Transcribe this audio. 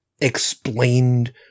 explained